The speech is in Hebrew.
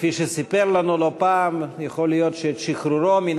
שכפי שסיפר לנו לא פעם יכול להיות שאת שחרורו מן